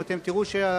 אם תראו שהתוצאות,